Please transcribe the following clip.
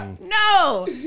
No